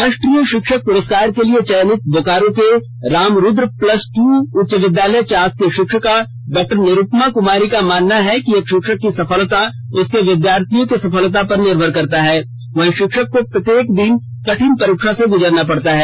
राष्ट्रीय शिक्षक पुरस्कार के लिए चयनित बोकारो के राम रूद्र प्लस टू उच्च विद्यालय चास की शिक्षिका डॉ निरुपमा कुमारी का मानना है कि एक शिक्षक की सफलता उसके विद्यार्थियों के सफलता पर निर्भर करता है वहीं शिक्षक को प्रत्येक दिन कठिन परीक्षा से गुजरना पड़ता है